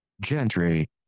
Gentry